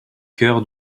cœur